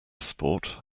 sport